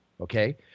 okay